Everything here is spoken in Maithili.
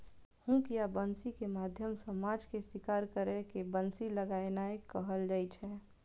हुक या बंसी के माध्यम सं माछ के शिकार करै के बंसी लगेनाय कहल जाइ छै